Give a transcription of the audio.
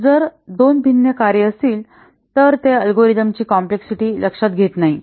जर दोन भिन्न कार्ये असतील तर ते अल्गोरिदमची कॉम्प्लेक्सिटी लक्षात घेत नाही